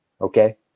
Okay